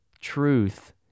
Truth